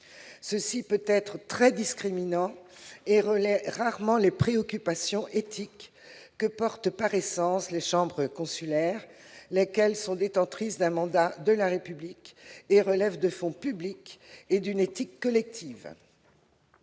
Cela peut être très discriminant et relaie rarement les préoccupations éthiques que portent par essence les chambres consulaires, lesquelles sont détentrices d'un mandat de la République et relèvent de fonds publics et d'une éthique collective.